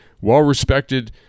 well-respected